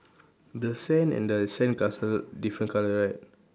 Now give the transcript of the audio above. the sand and the sandcastle different colour right